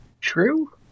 true